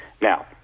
Now